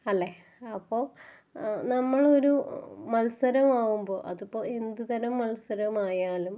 അല്ലെ അപ്പോൾ നമ്മൾ ഒരു മത്സരമാകുമ്പോൾ അതപ്പോ എന്ത് തരം മത്സരമായാലും